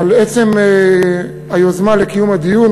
על עצם היוזמה לקיום הדיון.